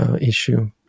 issue